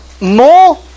more